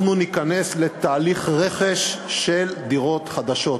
אנחנו ניכנס לתהליך רכש של דירות חדשות.